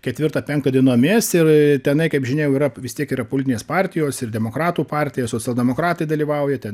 ketvirtą penktą dienomis ir tenai kaip žinia jau yra vis tiek yra politinės partijos ir demokratų partija socialdemokratai dalyvauja ten